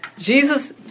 Jesus